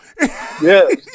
Yes